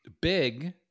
big